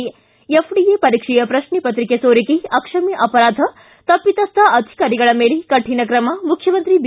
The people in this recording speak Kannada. ಿ ಎಫ್ಡಿಎ ಪರೀಕ್ಷೆಯ ಪ್ರಕ್ಷೆಪತ್ರಿಕೆ ಸೋರಿಕೆ ಅಕ್ಷಮ್ದ ಅಪರಾಧ ತಪ್ಪಿತಸ್ಟ ಅಧಿಕಾರಿಗಳ ಮೇಲೆ ಕಠಿಣ ಕ್ರಮ ಮುಖ್ಣಮಂತ್ರಿ ಬಿ